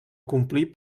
complir